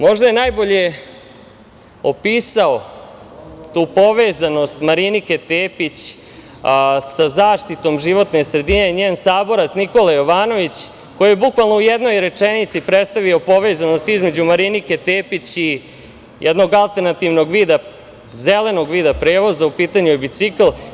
Možda je najbolje opisao tu povezanost Marinike Tepić sa zaštitom životne sredine njen saboraca Nikola Jovanović koji je bukvalno u jednoj rečenici predstavio povezanost između Marinike Tepić i jednog alternativnog vida, zelenog vida prevoza, a u pitanju je bicikl.